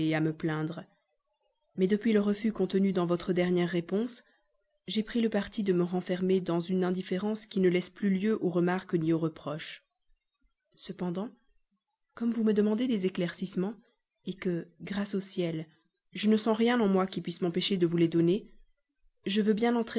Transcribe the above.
à me plaindre mais depuis le refus contenu dans votre dernière réponse j'ai pris le parti de me renfermer dans une indifférence qui ne laisse plus lieu aux remarques ni aux reproches cependant comme vous me demandez des éclaircissements que grâces au ciel je ne sens rien en moi qui puisse m'empêcher de vous les donner je veux bien